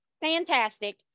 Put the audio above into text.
fantastic